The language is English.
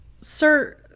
sir